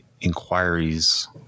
inquiries